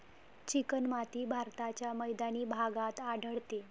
चिकणमाती भारताच्या मैदानी भागात आढळते